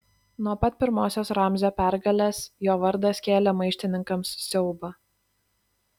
nuo pat pirmosios ramzio pergalės jo vardas kėlė maištininkams siaubą